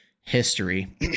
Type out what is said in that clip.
history